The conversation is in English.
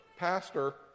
pastor